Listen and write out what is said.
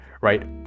right